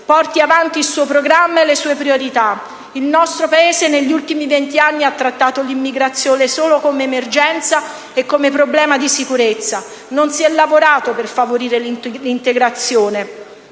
porti avanti il suo programma e le sue priorità. Il nostro Paese, negli ultimi vent'anni, ha trattato l'immigrazione solo come emergenza e come problema di sicurezza. Non si è lavorato per favorire l'integrazione,